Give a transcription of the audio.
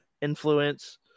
influence